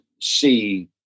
see